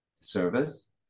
service